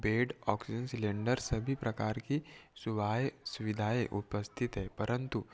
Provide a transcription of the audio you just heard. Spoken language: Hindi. बेड ऑक्सीजन सिलेंडर सभी प्रकार की सुवाए सुविधाएँ उपस्थित हैं परन्तु